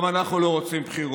גם אנחנו לא רוצים בחירות.